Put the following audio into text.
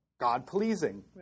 God-pleasing